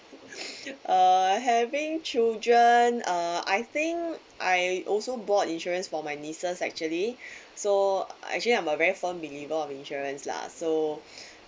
uh having children uh I think I also bought insurance for my nieces actually so